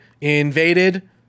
invaded